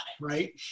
Right